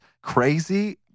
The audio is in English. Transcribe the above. crazy